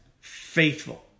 faithful